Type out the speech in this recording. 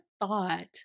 thought